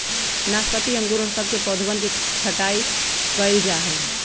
नाशपाती अंगूर और सब के पौधवन के छटाई कइल जाहई